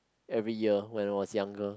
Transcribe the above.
every year when I was younger